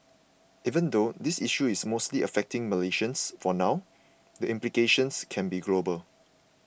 even though this issue is mostly affecting Malaysians for now the implications can be global